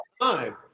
time